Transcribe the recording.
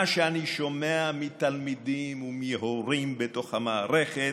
מה שאני שומע מתלמידים ומהורים בתוך המערכת,